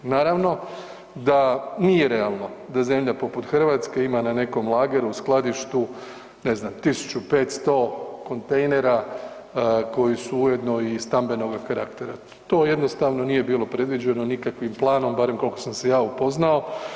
Naravno da nije realno da zemlja poput Hrvatske ima na nekom lageru u skladištu, ne znam, 1500 kontejnera koji su ujedno i stambenoga karaktera, to jednostavno nije bilo predviđeno nikakvim planom, barem koliko sam se ja upoznao.